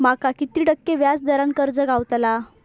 माका किती टक्के व्याज दरान कर्ज गावतला?